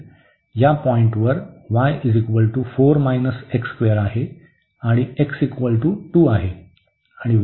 या पॉईंटवर y आहे आणि x 2 आहे आणि y 0 आहे